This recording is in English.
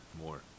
More